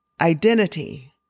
identity